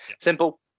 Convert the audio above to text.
simple